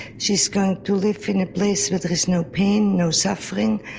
she's going to live in a place where there's no pain, no suffering.